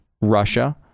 Russia